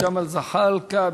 ג'מאל זחאלקה,